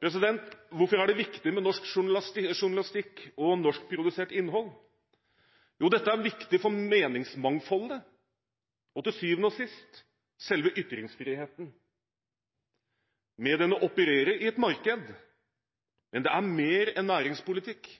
Hvorfor er det viktig med norsk journalistikk og norskprodusert innhold? Jo, dette er viktig for meningsmangfoldet og til syvende og sist for selve ytringsfriheten. Mediene opererer i et marked, men det er mer enn næringspolitikk.